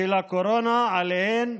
של הקורונה שעליהן